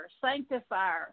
Sanctifier